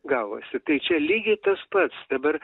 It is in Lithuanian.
gavosi tai čia lygiai tas pats dabar